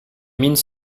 mines